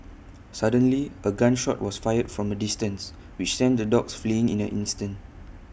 suddenly A gun shot was fired from A distance which sent the dogs fleeing in an instant